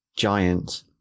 giant